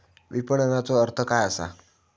विपणनचो अर्थ काय असा?